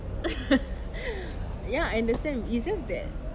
ya understand you just that